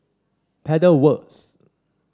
Pedal Works